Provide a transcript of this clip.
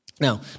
Now